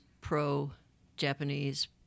Pro-Japanese